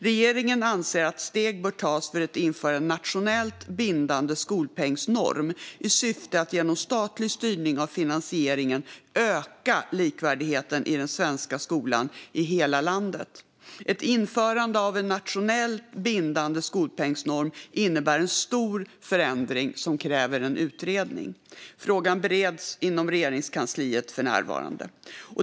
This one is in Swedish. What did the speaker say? Regeringen anser att steg bör tas för att införa en nationellt bindande skolpengsnorm i syfte att genom statlig styrning av finansieringen öka likvärdigheten i den svenska skolan i hela landet. Ett införande av en nationellt bindande skolpengsnorm innebär en stor förändring som kräver en utredning. Frågan bereds inom Regeringskansliet för närvarande.